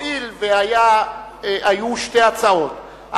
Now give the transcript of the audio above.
הואיל והיו שתי הצעות,